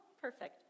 perfect